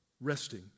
Resting